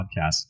podcast